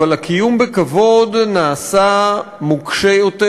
אבל הקיום בכבוד נעשה מוקשה יותר,